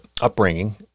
upbringing